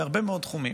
ובהרבה מאוד תחומים,